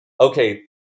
okay